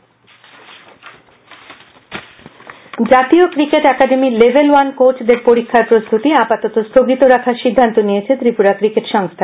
কোচদের শিবির জাতীয় ক্রিকেট একাডেমির লেভেল ওয়ান কোচদের পরীক্ষার প্রস্তুতি আপাতত স্থগিত রাখার সিদ্ধান্ত নিয়েছে ত্রিপুরা ক্রিকেটে সংস্থা